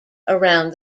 around